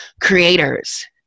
creators